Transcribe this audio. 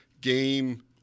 game